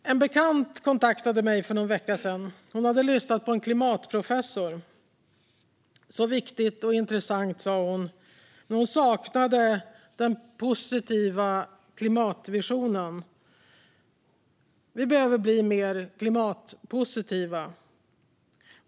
En bekant kontaktade mig för någon vecka sedan. Hon hade lyssnat på en klimatprofessor. Så viktigt och intressant, sa hon. Men hon saknade den positiva klimatvisionen. Vi behöver bli mer klimatpositiva.